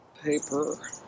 paper